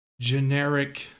generic